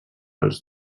els